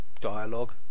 dialogue